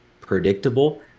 predictable